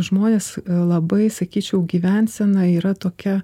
žmonės labai sakyčiau gyvensena yra tokia